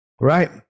Right